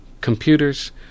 computers